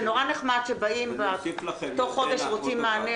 זה נורא נחמד שבאים ותוך חודש רוצים מענה